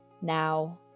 now